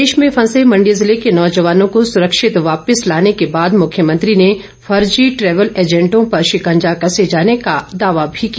विदेश में फंसे मण्डी जिले के नौजवानों को सुरक्षित वापिस लाने के बाद मुख्यमंत्री ने फर्जी ट्रैवल एजेंटों पर शिकंजा कसे जाने का दावा भी किया